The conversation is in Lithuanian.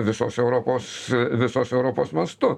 visos europos visos europos mastu